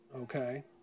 okay